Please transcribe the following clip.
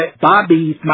Bobby's